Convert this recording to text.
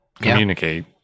communicate